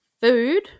food